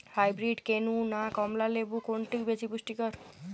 Hybrid কেনু না কমলা লেবু কোনটি বেশি পুষ্টিকর?